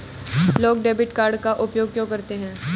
लोग debit card का उपयोग क्यों करते हैं?